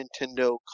Nintendo